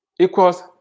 equals